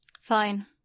Fine